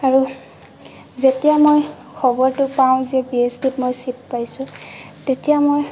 আৰু যেতিয়া মই খবৰটো পাওঁ যে পি এইচ ডিত মই ছিট পাইছোঁ তেতিয়া মই